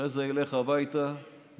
אחרי זה ילך הביתה וישמע,